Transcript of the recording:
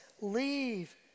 leave